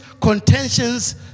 contentions